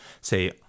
say